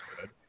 good